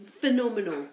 phenomenal